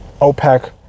opec